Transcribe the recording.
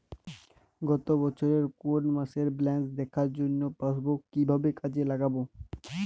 গত বছরের কোনো মাসের ব্যালেন্স দেখার জন্য পাসবুক কীভাবে কাজে লাগাব?